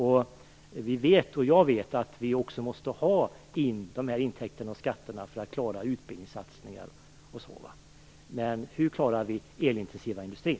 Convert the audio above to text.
Vi vet också att vi måste ha de här skatterna för att kunna genomföra utbildningssatsningar. Men hur klarar vi den elintensiva industrin?